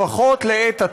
לפחות לעת עתה,